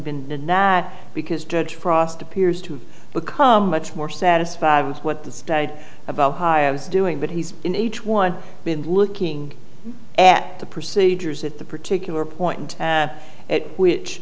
that because judge frost appears to become much more satisfied with what the state of ohio is doing but he's in each one been looking at the procedures at the particular point at which